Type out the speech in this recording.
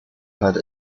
had